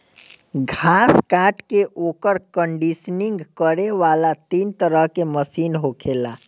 घास काट के ओकर कंडीशनिंग करे वाला तीन तरह के मशीन होखेला